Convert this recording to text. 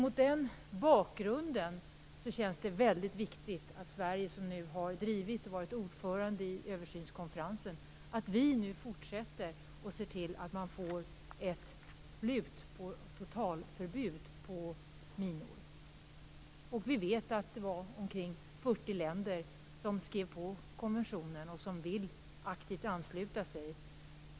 Mot den bakgrunden känns det väldigt viktigt att Sverige, som har drivit frågan och varit ordförande i översynskonferensen, nu fortsätter arbetet och ser till att det blir ett totalförbud mot minor. Vi vet att omkring 40 länder skrev på konventionen och att de aktivt vill ansluta sig.